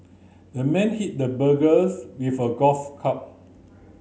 the man hit the burglars with a golf club